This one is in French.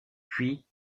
puis